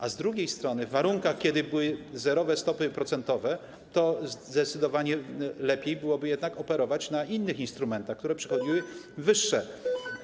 A z drugiej strony w warunkach, kiedy były zerowe stopy procentowe, zdecydowanie lepiej było jednak operować na innych instrumentach, które przyniosły wyższe.